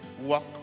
walk